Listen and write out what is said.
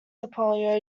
apollo